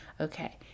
Okay